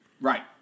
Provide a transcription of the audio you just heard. Right